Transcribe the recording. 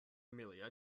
amelia